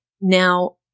Now